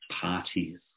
parties